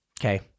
Okay